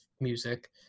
music